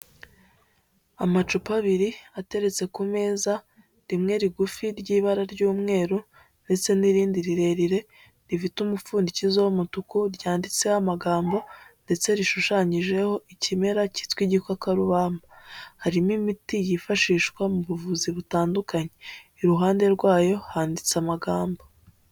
Amacupa abiri ateretse ku meza, rimwe rigufi ry'ibara ry'umweru, ndetse n'irindi rirerire, rifite umupfundikizo w'umutuku, ryanditseho amagambo, ndetse rishushanyijeho ikimera cyitwa igikakarubamba, harimo imiti yifashishwa mu buvuzi butandukanye, iruhande rwayo handitse amagambo.